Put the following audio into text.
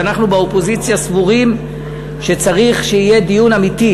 שאנחנו באופוזיציה סבורים שצריך שיהיה דיון אמיתי,